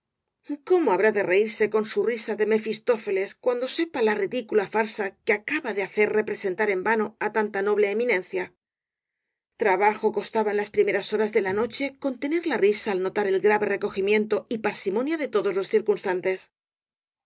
cómo habrá de reírse con su risa á lo mefistófeles cuando sepa la ridicula farsa que acaba de hacer representar en vano á tanta noble eminencia trabajo costaba en las primeras horas de la noche contener la risa al notar el grave recogimiento y parsimonia de todos los circunstantes